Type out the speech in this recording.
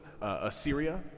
Assyria